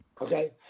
Okay